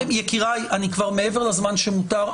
יקיריי, אני כבר מעבר לזמן המותר.